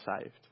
saved